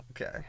Okay